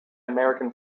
american